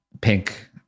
pink